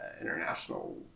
international